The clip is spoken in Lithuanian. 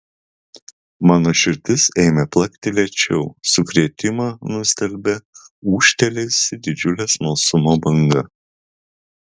mano širdis ėmė plakti lėčiau sukrėtimą nustelbė ūžtelėjusi didžiulė smalsumo banga